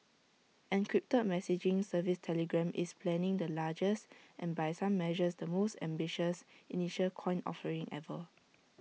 encrypted messaging service Telegram is planning the largest and by some measures the most ambitious initial coin offering ever